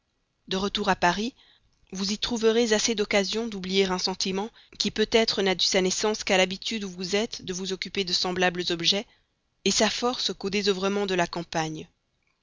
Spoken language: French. de retour à paris vous y trouverez assez d'occasions d'oublier un sentiment qui peut-être n'a dû sa naissance qu'à l'habitude où vous êtes de vous occuper de semblables objets sa force qu'au désœuvrement de la campagne